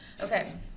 Okay